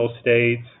states